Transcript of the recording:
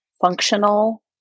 functional